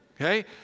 Okay